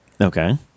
Okay